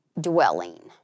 dwelling